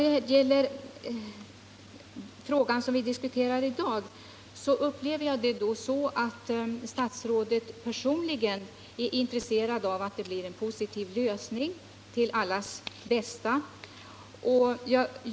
När det gäller den fråga som vi diskuterar i dag har jag ett intryck av att statsrådet personligen är intresserad av att det blir en positiv lösning till allas bästa.